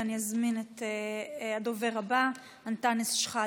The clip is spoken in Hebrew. אני אזמין את הדובר הבא, אנטאנס שחאדה.